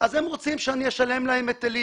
הם רוצים שאני אשלם להם היטלים